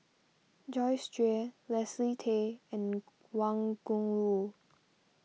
Joyce Jue Leslie Tay and Wang Gungwu